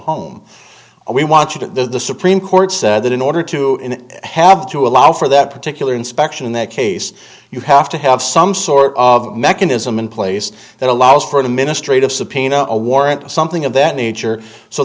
home we want you to the supreme court said that in order to have to allow for that particular inspection in that case you have to have some sort of mechanism in place that allows for the ministry to subpoena a warrant something of that nature so